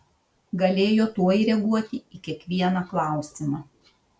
galėjo tuoj reaguoti į kiekvieną klausimą